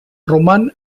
roman